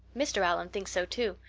mr. allan thinks so too.